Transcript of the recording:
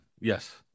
Yes